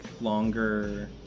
longer